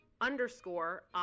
underscore